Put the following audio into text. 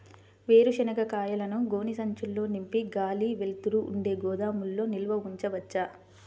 వేరుశనగ కాయలను గోనె సంచుల్లో నింపి గాలి, వెలుతురు ఉండే గోదాముల్లో నిల్వ ఉంచవచ్చా?